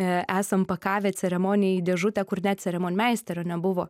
esam pakavę ceremonijai dėžutę kur net ceremonmeisterio nebuvo